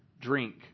drink